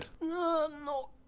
No